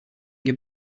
your